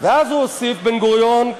ואז הוא הוסיף, בן-גוריון,